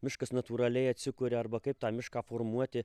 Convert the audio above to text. miškas natūraliai atsikuria arba kaip tą mišką formuoti